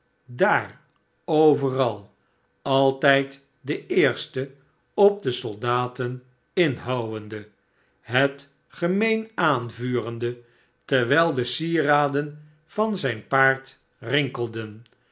daar overal altijd de eerste op de soldaten inhouwende het gemeen aanvurende terwijl de sieraden van zijn paard rinkelden